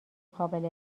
قابل